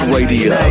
Radio